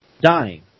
dying